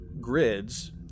grids